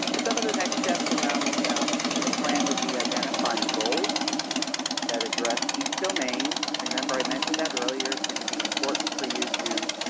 some of the next steps around the um the plan would be identifying goals that address each domain. remember i mentioned that earlier. it's going to be important for you to